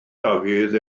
dafydd